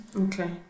Okay